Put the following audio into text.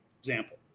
example